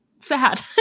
Sad